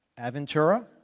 aventura.